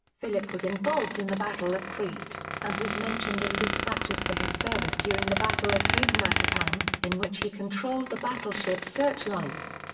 philip was involved in the battle of crete, and was mentioned in despatches for his service during the battle of cape matapan, in which he controlled the battleship's searchlights.